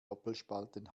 doppelspalten